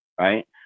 Right